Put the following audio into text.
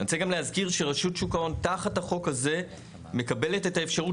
אני רוצה גם להזכיר שרשות שוק ההון תחת החוק הזה מקבלת את האפשרות